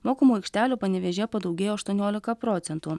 mokamų aikštelių panevėžyje padaugėjo aštuoniolika procentų